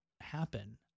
happen